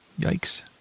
Yikes